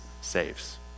saves